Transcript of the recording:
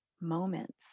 moments